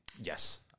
Yes